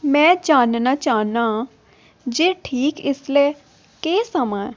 में जानना चाह्न्ना आं जे ठीक इसलै केह् समां ऐ